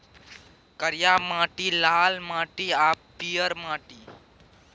करिया माटि, लाल माटि आ पीयर माटि